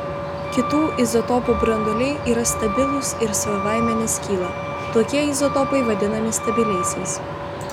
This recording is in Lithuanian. kitų izotopų branduoliai yra stabilūs ir savaime neskyla tokie izotopai vadinami stabiliaisiais